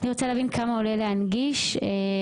אני רוצה לדעת כמה עולה להנגיש חוף.